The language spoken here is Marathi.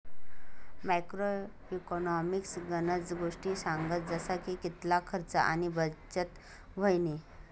मॅक्रो इकॉनॉमिक्स गनज गोष्टी सांगस जसा की कितला खर्च आणि बचत व्हयनी